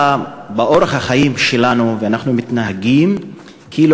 באורח החיים שלנו אנחנו מתנהגים כאילו